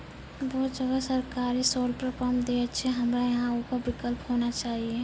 बहुत जगह सरकारे सोलर पम्प देय छैय, हमरा यहाँ उहो विकल्प होना चाहिए?